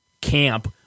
camp